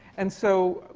and so,